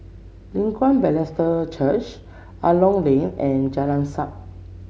Leng Kwang Baptist Church Angklong Lane and Jalan Siap